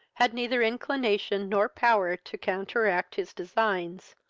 had neither inclination nor power to counteract his designs,